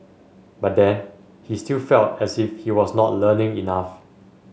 but then he still felt as if he was not learning enough